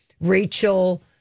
Rachel